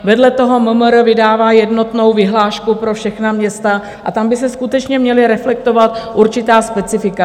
Vedle toho MMR vydává jednotnou vyhlášku pro všechna města a tam by se skutečně měla reflektovat určitá specifika.